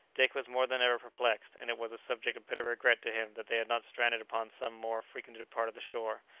dick was more than ever perplexed, and it was a subject of bitter regret to him that they had not stranded upon some more frequented part of the shore,